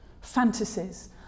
Fantasies